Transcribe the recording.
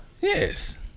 Yes